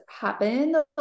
happen